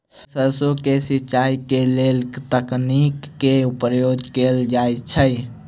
Sir सैरसो केँ सिचाई केँ लेल केँ तकनीक केँ प्रयोग कैल जाएँ छैय?